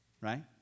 right